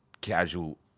casual